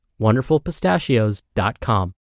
wonderfulpistachios.com